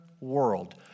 world